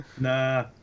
nah